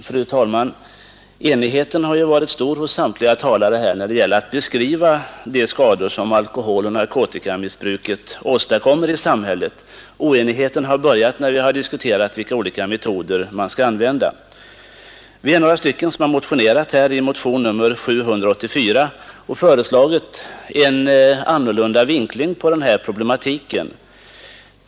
Fru talman! Enigheten bland samtliga talare har varit stor i fråga om de skador som alkoholoch narkotikamissbruket åstadkommer; oenigheten har börjat när vi diskuterat vilka olika metoder man skall använda för att komma till rätta med missbruket. I motionen 784 har vi motionärer föreslagit en annan vinkling av denna problematik.